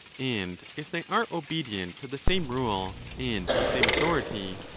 and if they are obedient to the same rule and the same authority,